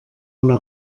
una